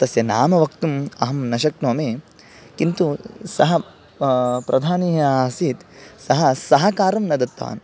तस्य नाम वक्तुम् अहं न शक्नोमि किन्तु सः प्रधानी या आसीत् सः सहकारं न दत्तवान्